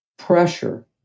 Pressure